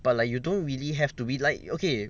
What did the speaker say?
but like you don't really have to be like okay